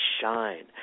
shine